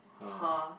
!huh!